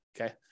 Okay